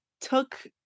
took